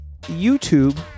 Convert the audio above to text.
youtube